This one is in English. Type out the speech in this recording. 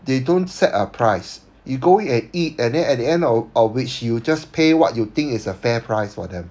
they don't set a price you go and eat and then at the end of which you just pay what you think is a fair price for them